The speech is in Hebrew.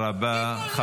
היא לא ממלכתית.